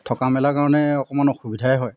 থকা মেলাৰ কাৰণে অকণমান অসুবিধাই হয়